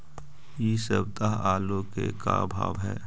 इ सप्ताह आलू के का भाव है?